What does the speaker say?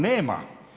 Nema.